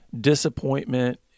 disappointment